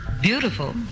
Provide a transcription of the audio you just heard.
Beautiful